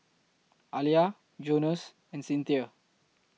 Alia Jonas and Cinthia